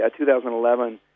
2011